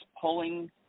pulling